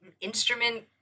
instrument